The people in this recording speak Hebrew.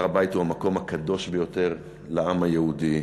הר-הבית הוא המקום הקדוש ביותר לעם היהודי,